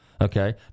Okay